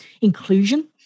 inclusion